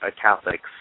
Catholics